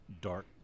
dark